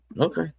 okay